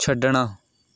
ਛੱਡਣਾ